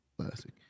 Classic